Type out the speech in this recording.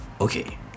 Okay